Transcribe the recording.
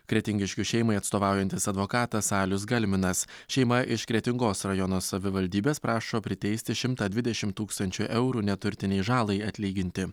kretingiškių šeimai atstovaujantis advokatas alius galminas šeima iš kretingos rajono savivaldybės prašo priteisti šimtą dvidešim tūkstančių eurų neturtinei žalai atlyginti